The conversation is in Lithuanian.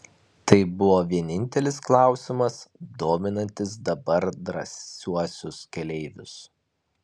tai buvo vienintelis klausimas dominantis dabar drąsiuosius keleivius